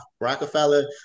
Rockefeller